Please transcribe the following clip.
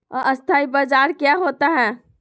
अस्थानी बाजार क्या होता है?